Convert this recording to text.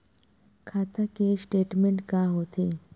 खाता के स्टेटमेंट का होथे?